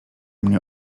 mnie